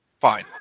fine